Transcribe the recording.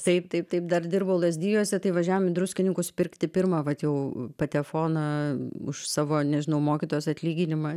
taip taip taip dar dirbau lazdijuose tai važiavome į druskininkus pirkti pirmą vat jau patefoną už savo nežinau mokytojos atlyginimą